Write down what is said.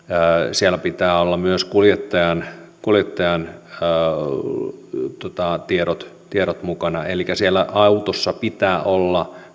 siellä pitää olla myös kuljettajan kuljettajan tiedot tiedot mukana elikkä siellä autossa pitää olla